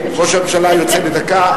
ראש הממשלה יוצא לדקה,